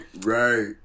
right